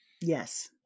yes